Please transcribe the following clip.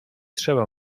trzeba